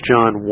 John